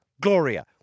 Gloria